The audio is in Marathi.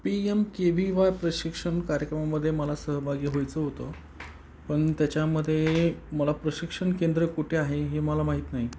P M K V Y प्रशिक्षण कार्यक्रमामध्ये मला सहभागी व्हायचं होतं पण त्याच्यामध्ये मला प्रशिक्षण केंद्र कुठे आहे हे मला माहीत नाही